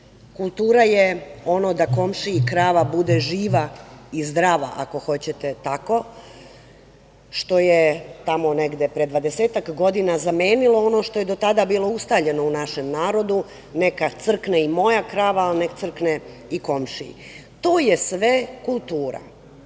kultura je ono „da komšiji krava bude živa i zdrava“, ako hoćete tako, što je tamo negde pre dvadesetak godina zamenilo ono što je do tada bilo ustaljeno u našem narodu „neka crkne i moja krava, ali nek crkne i komšiji“. To je sve kultura. Ono